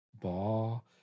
Ball